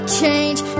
change